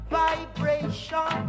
vibration